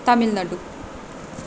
Tamil Nadu